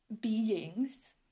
beings